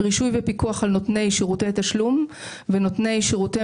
רישוי ופיקוח על נותני שירותי תשלום ונותני שירותי